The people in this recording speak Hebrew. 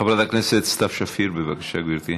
חברת הכנסת סתיו שפיר, בבקשה, גברתי.